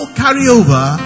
carryover